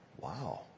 Wow